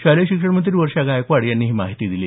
शालेय शिक्षण मंत्री वर्षा गायकवाड यांनी ही माहिती दिली